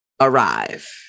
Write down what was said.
arrive